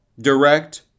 direct